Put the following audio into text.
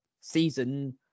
season